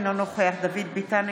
אינו נוכח דוד ביטן,